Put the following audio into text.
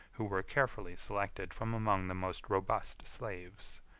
who were carefully selected from among the most robust slaves,